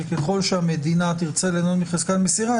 המשמעות בפועל היא שככל שהמדינה תרצה ליהנות מחזקת מסירה,